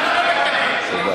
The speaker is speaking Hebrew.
תודה.